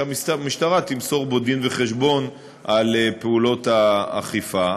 שהמשטרה תמסור בו דין-וחשבון על פעולות האכיפה,